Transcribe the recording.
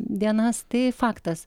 dienas tai faktas